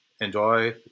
enjoy